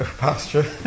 pasture